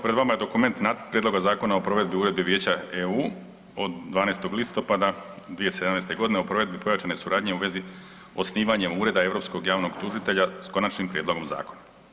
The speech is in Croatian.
Pred vama je dokument nacrta Prijedloga zakona o provedbi Uredbe Vijeća(EU) od 12. listopada 2017. g. o provedbi pojačane suradnje u vezi s osnivanjem Ureda Europskog javnog tužitelja s konačnim prijedlogom zakona.